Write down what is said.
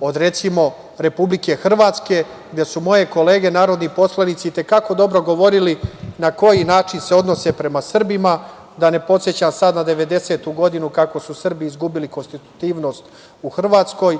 od recimo, Republike Hrvatske, gde su moje kolege narodni poslanici i te kako dobro govorili na koji način se odnose prema Srbima, da ne podsećam sad na devedesetu godinu, kako su Srbi izgubili konstitutivnost u Hrvatskoj.